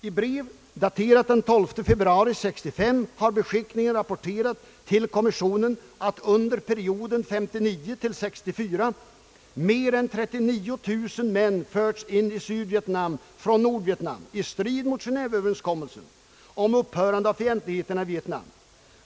I brev daterat den 12 februari 1965 har beskickningen rapporterat till kommissionen att under perioden 1959—464 mer än 39 000 män förts in i Sydvietnam från Nordvietnam i strid mot Genéveöverenskommelsen om upphörande av fientligheterna i Vietnam.